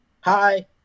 Hi